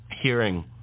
hearing